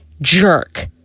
jerk